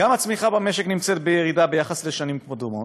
גם הצמיחה במשק נמצאת בירידה ביחס לשנים קודמות,